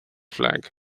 flag